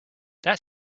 that